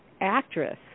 actress